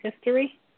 history